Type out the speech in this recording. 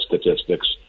statistics